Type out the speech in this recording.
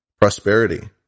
prosperity